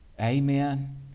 Amen